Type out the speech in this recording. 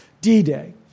D-Day